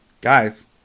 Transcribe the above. guys